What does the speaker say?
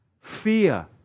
Fear